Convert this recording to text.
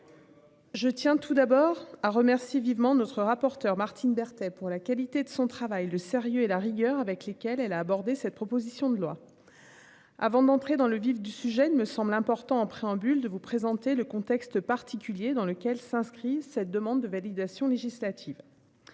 Je tiens tout d'abord à remercier vivement notre rapporteur Martine Berthet pour la qualité de son travail, le sérieux et la rigueur avec lesquels elle a abordé cette proposition de loi. Avant d'entrer dans le vif du sujet. Il me semble important en préambule de vous présenter le contexte particulier dans lequel s'inscrit cette demande de validation législative.